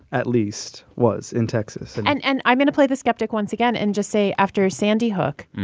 at least, was in texas and and and i'm going to play the skeptic once again and just say, after sandy hook,